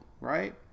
right